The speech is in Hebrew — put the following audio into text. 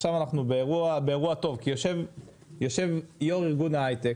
עכשיו אנחנו באירוע טוב כי יושב יו"ר איגוד ההייטק